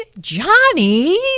Johnny